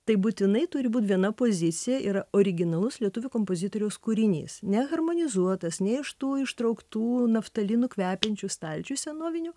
tai būtinai turi būt viena pozicija yra originalus lietuvių kompozitoriaus kūrinys neharmonizuotas ne iš tų ištrauktų naftalinu kvepiančių stalčių senovinių